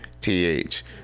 th